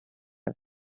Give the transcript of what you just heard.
life